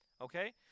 Okay